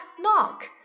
knock